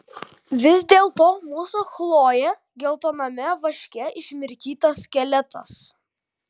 vis dėlto mūsų chlojė geltoname vaške išmirkytas skeletas